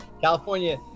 California